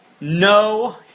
no